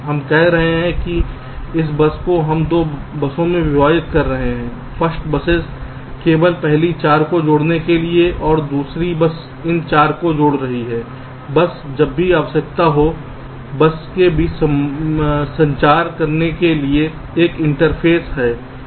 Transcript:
हम कह रहे हैं कि इस बस को हम 2 बसों में विभाजित कर रहे हैं फर्स्ट बसेस केवल पहली 4 को जोड़ने के लिए और दूसरी बस इन 4 को जोड़ रही है बस जब भी आवश्यकता हो बस के बीच संचार करने के लिए एक इंटरफ़ेस है